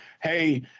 Hey